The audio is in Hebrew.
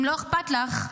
אם לא אכפת לך,